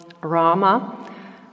Rama